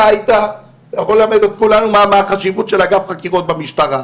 אתה יכול ללמד את כולנו מה החשיבות של אגף חקירות במשטרה.